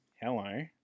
Hello